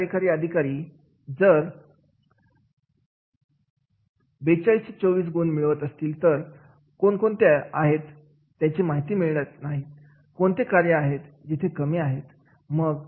मुख्य कार्यकारी अधिकारी 42 24 गुण मिळवत असतील तर कोणत्या कोण आहेत ते त्यांना मिळत नाहीत कोणती कार्य आहे जिथे कमी आहेत